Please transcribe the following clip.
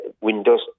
windows